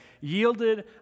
yielded